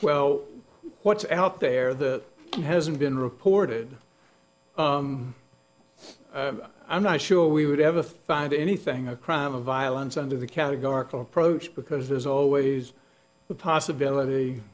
well what's out there that hasn't been reported i'm not sure we would ever find anything a crime of violence under the categorical approach because there's always the possibility